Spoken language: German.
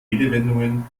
redewendungen